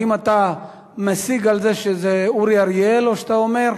האם אתה משיג על זה שזה אורי אריאל, או שאתה אומר: